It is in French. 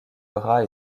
bras